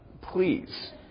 please